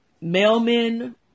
mailman